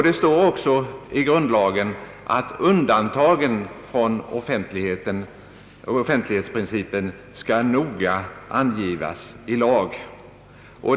Det står också i grundlagen att undantagen från offentlighetsprincipen skall noga angivas i lag.